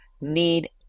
need